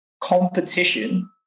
Competition